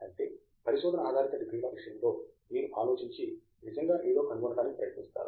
అయితే పరిశోధన ఆధారిత డిగ్రీలల విషయములో మీరు ఆలోచించి నిజంగా ఏదో కనుగొనటానికి ప్రయత్నిస్తారు